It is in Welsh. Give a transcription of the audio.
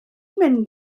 mynd